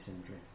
injury